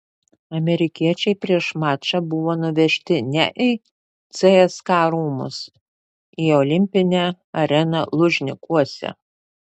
amerikiečiai prieš mačą buvo nuvežti ne į cska rūmus į olimpinę areną lužnikuose